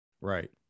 right